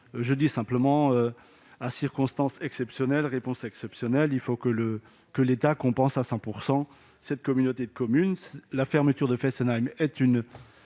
Simplement, à circonstance exceptionnelle, réponse exceptionnelle : il faut que l'État compense à 100 % cette communauté de communes. La fermeture de Fessenheim est